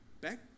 back